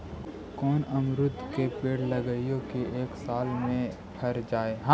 कोन अमरुद के पेड़ लगइयै कि एक साल में पर जाएं?